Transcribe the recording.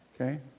Okay